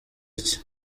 iki